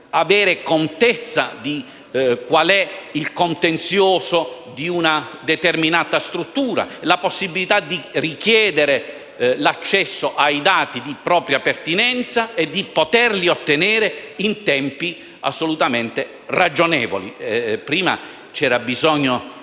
avere contezza di quale sia il contenzioso di una determinata struttura; la possibilità di richiedere l'accesso ai dati di propria pertinenza e di ottenerli in tempi assolutamente ragionevoli. Prima era